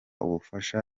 ubufasha